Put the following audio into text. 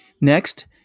Next